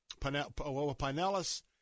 Pinellas